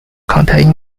contain